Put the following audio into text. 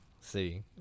See